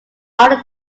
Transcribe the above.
under